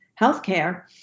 healthcare